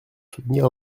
soutenir